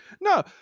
No